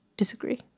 disagree